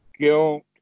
guilt